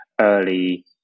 early